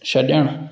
छॾणु